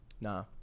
nah